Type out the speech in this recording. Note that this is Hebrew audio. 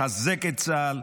לחזק את צה"ל,